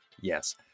Yes